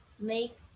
Make